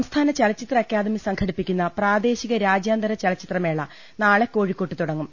സംസ്ഥാന ചലച്ചിത്ര അക്കാദമി സംഘടിപ്പിക്കുന്ന പ്രാദേശിക രാജ്യാന്തര ചലച്ചിത്ര മേള നാളെ കോഴിക്കോട്ട് തുടങ്ങും